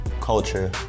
culture